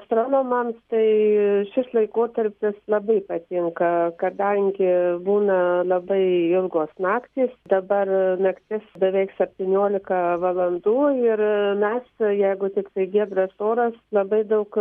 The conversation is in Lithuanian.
astronomams tai šis laikotarpis labai patinka kadangi būna labai ilgos naktys dabar naktis beveik septyniolika valandų ir mes jeigu tiktai giedras oras labai daug